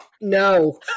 No